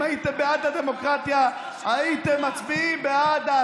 אם הייתם בעד הדמוקרטיה,